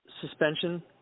suspension